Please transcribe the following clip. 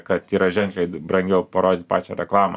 kad yra ženkliai brangiau parodyt pačią reklamą